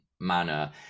manner